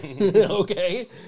Okay